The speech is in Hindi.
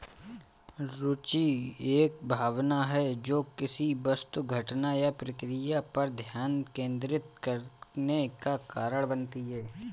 रूचि एक भावना है जो किसी वस्तु घटना या प्रक्रिया पर ध्यान केंद्रित करने का कारण बनती है